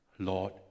lord